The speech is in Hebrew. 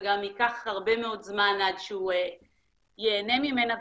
וגם ייקח הרבה מאוד זמן עד שהוא ייהנה ממנה,